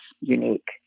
unique